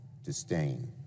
disdain